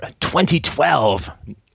2012